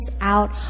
out